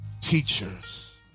teachers